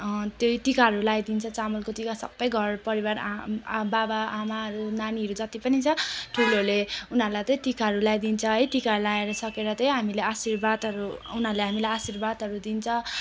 त्यही टिकाहरू लगाइदिन्छ चामलको टिका सबै घरपरिवार आमाबाबा आमाहरू नानीहरू जत्ति पनि छ ठुलोहरूले उनीहरूलाई त्यही टिकाहरू लगाइदिन्छ है टिका लगाएर सकेर त्यही हामीले आशीर्वादहरू उनीहरूले हामीलाई आशीर्वादहरू दिन्छ